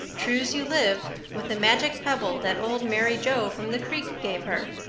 true's you live, with a magic pebble that old mary joe from the creek gave her.